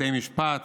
בתי משפט